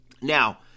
Now